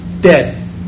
dead